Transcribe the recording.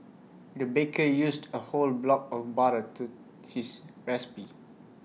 the baker used A whole block of butter to his recipe